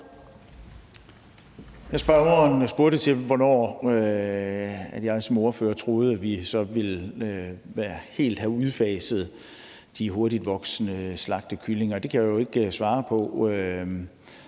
spurgte til, hvornår jeg som ordfører tror vi så helt vil have udfaset de hurtigtvoksende slagtekyllinger, og det kan jeg jo ikke svare på.